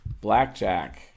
blackjack